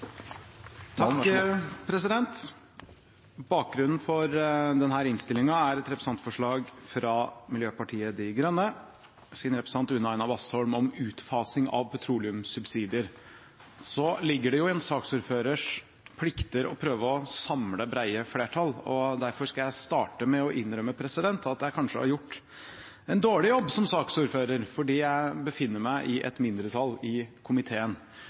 et representantforslag fra Miljøpartiet De Grønnes representant Une Aina Bastholm om utfasing av petroleumssubsidier. Det ligger jo i en saksordførers plikter å prøve å samle brede flertall, og derfor skal jeg starte med å innrømme at jeg kanskje har gjort en dårlig jobb som saksordfører, fordi jeg befinner meg i et mindretall i komiteen.